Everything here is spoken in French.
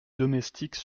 domestiques